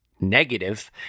negative